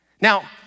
Now